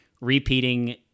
repeating